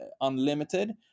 unlimited